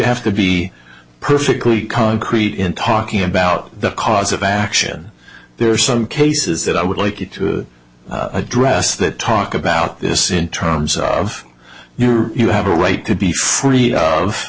have to be perfectly concrete in talking about the cause of action there are some cases that i would like you to address that talk about this in terms of you know you have a right to be free of